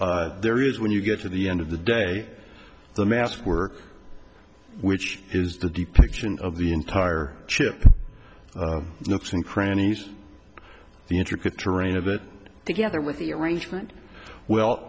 it there is when you get to the end of the day the mask work which is the depiction of the entire chip looks and crannies the intricate terrain of it together with the arrangement well